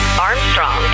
Armstrong